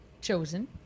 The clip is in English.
chosen